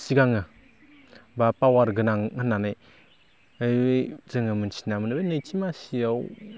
सिगाङो बा पावार गोनां होननानैहाय जोङो मोन्थिना मोनो बे नैथि मासियाव